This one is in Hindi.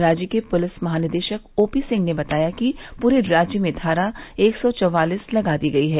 राज्य के पुलिस महानिदेशक ओपी सिंह ने बताया कि पूरे राज्य में धारा एक सौ चौवालिस लगा दी गई है